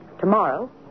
Tomorrow